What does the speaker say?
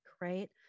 right